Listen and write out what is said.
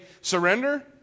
surrender